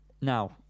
Now